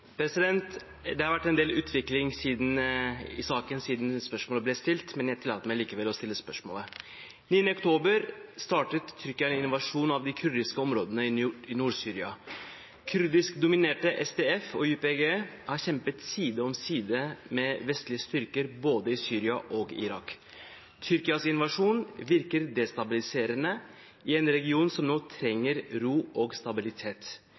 Det har vært en del utvikling i saken siden spørsmålet ble stilt, men jeg tillater meg likevel å stille det: «9. oktober startet Tyrkia en invasjon av de kurdiske områdene i Nord-Syria. Kurdiskdominerte SDF og YPG har kjempet side om side med vestlige styrker både i Syria og Irak. Tyrkias invasjon virker destabiliserende i en region som nå trenger ro og stabilitet.